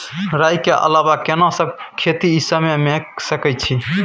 राई के अलावा केना सब खेती इ समय म के सकैछी?